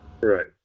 Right